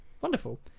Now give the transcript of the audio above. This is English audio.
Wonderful